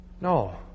No